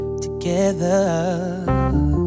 together